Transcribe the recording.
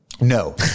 No